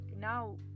now